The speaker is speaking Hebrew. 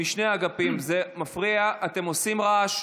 משני האגפים: זה מפריע, אתם עושים רעש.